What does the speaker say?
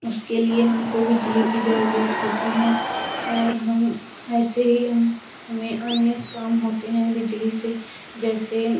उसके लिए हम को बिजली की ज़रूरत होती है और हम ऐसे ही हम हमें अन्य काम होते हैं बिजली से जैसे